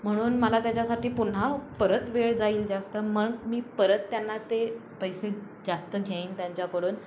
म्हणून मला त्याच्यासाठी पुन्हा परत वेळ जाईल जास्त मन मी परत त्यांना ते पैसे जास्त घेईन त्यांच्याकडून